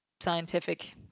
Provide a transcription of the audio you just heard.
scientific